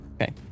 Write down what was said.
Okay